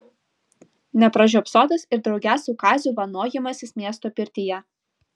nepražiopsotas ir drauge su kaziu vanojimasis miesto pirtyje